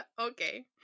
okay